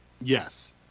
Yes